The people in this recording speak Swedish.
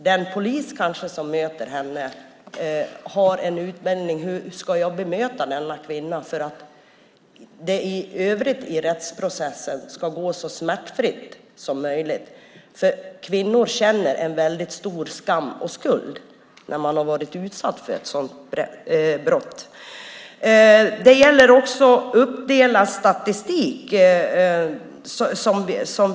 Den polis som möter kvinnan ska ha en utbildning för hur han eller hon ska bemöta henne för att det i övrigt i rättsprocessen ska gå så smärtfritt som möjligt. Kvinnor känner en stor skam och skuld när de har varit utsatta för sådana här brott. Det gäller också att uppdela statistiken.